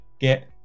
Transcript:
get